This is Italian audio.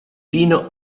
vino